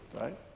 right